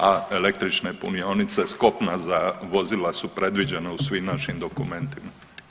A električne punionice s kopna za vozila su predviđena u svim našim dokumentima.